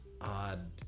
odd